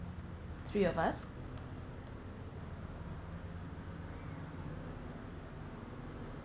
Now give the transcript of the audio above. three of us